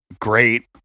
great